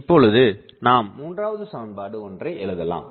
இப்பொழுது நாம் மூன்றாவது சமன்பாடு ஒன்றை எழுதலாம்